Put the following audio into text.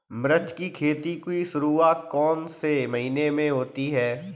मिर्च की खेती की शुरूआत कौन से महीने में होती है?